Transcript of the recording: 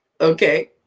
Okay